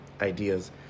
ideas